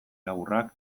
laburrak